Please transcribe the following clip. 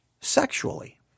sexually